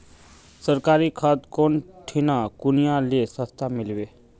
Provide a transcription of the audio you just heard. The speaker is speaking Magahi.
सरकारी खाद कौन ठिना कुनियाँ ले सस्ता मीलवे?